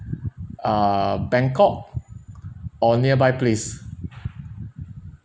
uh bangkok or nearby place